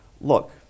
look